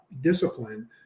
discipline